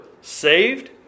saved